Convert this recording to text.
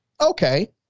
Okay